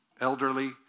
elderly